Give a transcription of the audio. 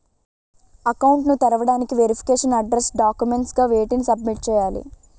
Account ను తెరవటానికి verification address documents గా వేటిని సబ్మిట్ చేయాలి?